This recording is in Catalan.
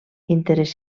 interès